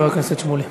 חבר הכנסת שמולי.